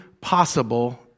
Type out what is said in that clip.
possible